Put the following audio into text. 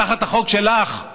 תחת החוק שלך את